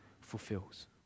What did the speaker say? fulfills